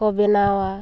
ᱠᱚ ᱵᱮᱱᱟᱣᱟ